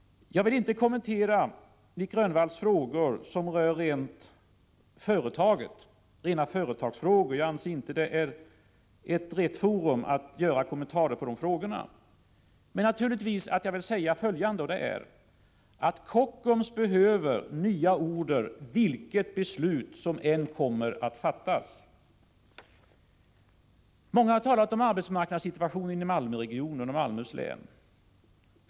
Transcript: Jag vill inte kommentera de frågor av Nic Grönvall som är rena företagsfrågor — jag anser inte att det här är rätt forum för att kommentera dem. Men naturligtvis vill jag säga följande: Kockums behöver nya order vilket beslut som än kommer att fattas. Många har talat om arbetsmarknadssituationen i Malmöregionen och i Malmöhus län.